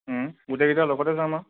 গোটেইকেইটা লগতে যাম আৰু